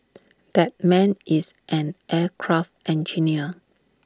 that man is an aircraft engineer